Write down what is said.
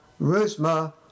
Rusma